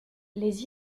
les